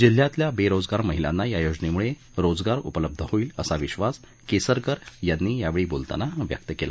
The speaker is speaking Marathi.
जिल्ह्यातील बेरोजगार महिलांना या योजनेमुळे रोजगार उपलब्ध होईल असा विश्वास केसरकर यांनी यावेळी बोलताना व्यक्त केला